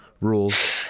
rules